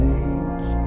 age